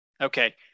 Okay